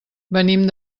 venim